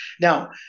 Now